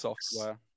software